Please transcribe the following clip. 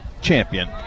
champion